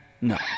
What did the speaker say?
no